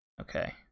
Okay